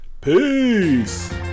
peace